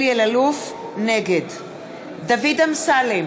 נגד דוד אמסלם,